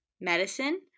medicine